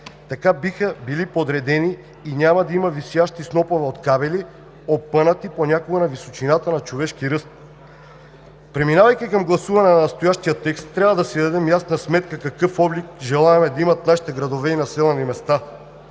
Така биха били подредени и няма да има висящи снопове от кабели, опънати понякога на височината на човешки ръст. Преминавайки към гласуване на настоящия текст, трябва да си дадем ясна сметка какъв облик желаем да имат нашите градове и населени места.